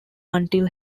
until